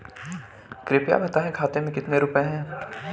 कृपया बताएं खाते में कितने रुपए हैं?